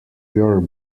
your